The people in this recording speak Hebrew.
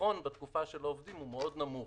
החיסכון בתקופה שלא עובדים הוא נמוך